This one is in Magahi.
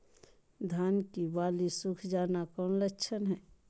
धान की बाली सुख जाना कौन लक्षण हैं?